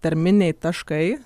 tarminiai taškai